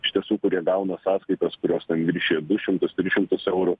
iš tiesų kurie gauna sąskaitas kurios viršija du šimtus tris šimtus eurų